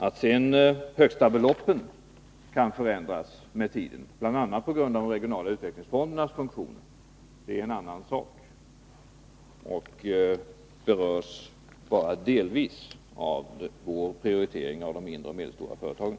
Att sedan högsta beloppen kanske får ändras med tiden, bl.a. på grund av de regionala utvecklingsfondernas funktion, är en annan sak, som bara delvis berörs av prioriteringen av de små och medelstora företagen.